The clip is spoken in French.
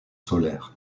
solaires